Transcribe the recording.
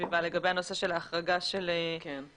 הסביבה לגבי הנושא של ההחרגה של המצברים.